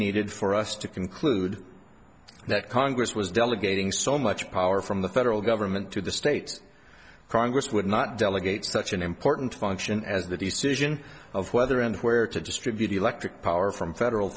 needed for us to conclude that congress was delegating so much power from the federal government to the states congress would not delegate such an important function as the decision of whether and where to distribute electric power from federal